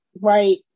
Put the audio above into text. right